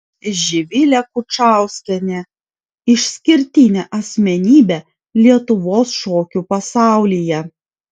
živilė kučauskienė išskirtinė asmenybė lietuvos šokių pasaulyje